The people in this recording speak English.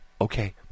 okay